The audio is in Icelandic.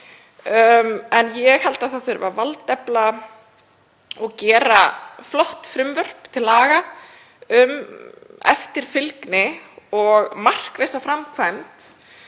En ég held að það þurfi að valdefla og gera flott frumvörp til laga um eftirfylgni og markvissa framkvæmd